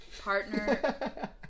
partner